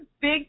big